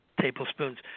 tablespoons